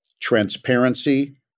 transparency